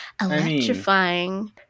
electrifying